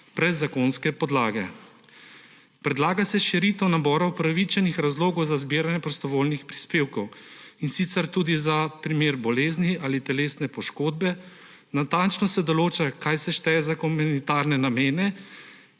brez zakonske podlage. Predlaga se širitev nabora upravičenih razlogov za zbiranje prostovoljnih prispevkov, in sicer tudi za primer bolezni ali telesne poškodbe, natančno se določa, kaj se šteje za humanitarne namene